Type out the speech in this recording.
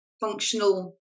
functional